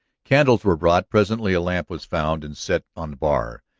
candles were brought presently a lamp was found and set on the bar.